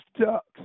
ducks